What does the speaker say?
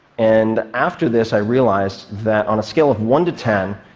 and after this, i realized that on a scale of one to ten,